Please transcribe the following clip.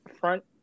front